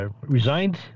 Resigned